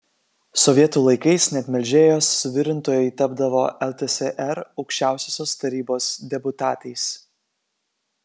sovietų laikais net melžėjos suvirintojai tapdavo ltsr aukščiausiosios tarybos deputatais